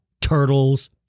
turtles